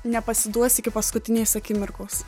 nepasiduos iki paskutinės akimirkos